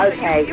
Okay